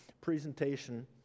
presentation